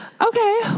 Okay